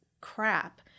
crap